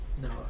No